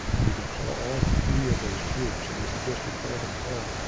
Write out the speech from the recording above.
and you can call all three of those groups. and i suggest you call them all,